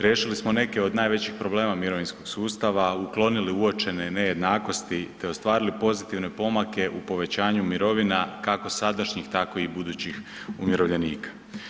Riješili smo neke od najvećih problema mirovinskog sustava, uklonili uočene nejednakosti te ostvarili pozitivne pomake u povećanju mirovina kako sadašnjih tako i budućih umirovljenika.